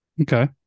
okay